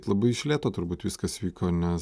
labai iš lėto turbūt viskas vyko nes